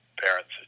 parents